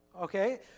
okay